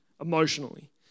emotionally